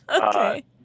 Okay